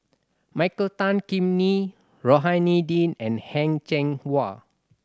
Michael Tan Kim Nei Rohani Din and Heng Cheng Hwa